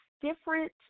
different